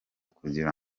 kugira